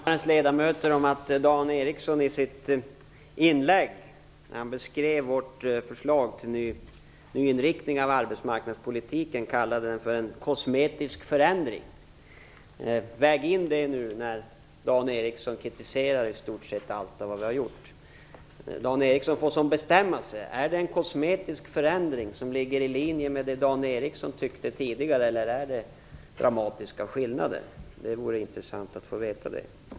Fru talman! Jag vill påminna kammarens ledamöter om att Dan Ericsson i sitt inlägg, när har beskrev vårt förslag till en ny inriktning av arbetsmarknadspolitiken kallade den för en kosmetisk förändring. Väg in det i sammanhanget nu när Dan Ericsson kritiserar i stort sett allt vad vi har gjort. Dan Ericsson får lov att bestämma sig: Är det, i linje med vad Dan Ericsson hävdade tidigare, fråga om en kosmetisk förändring, eller är det fråga om dramatiska skillnader? Det vore intressant att få veta det.